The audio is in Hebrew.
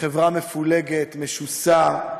חברה מפולגת, משוסעת,